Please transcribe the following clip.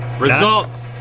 results,